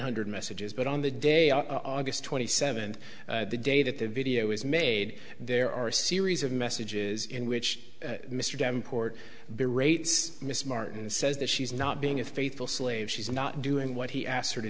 hundred messages but on the day our august twenty seventh the day that the video was made there are a series of messages in which mr davenport berates miss martin says that she's not being a faithful slave she's not doing what he asked her to